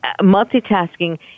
Multitasking